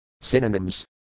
Synonyms